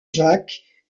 jacques